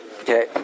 Okay